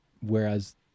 whereas